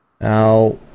Now